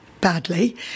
badly